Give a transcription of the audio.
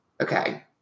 Okay